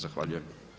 Zahvaljujem.